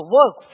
work